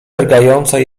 drgające